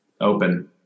open